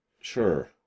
Sure